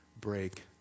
break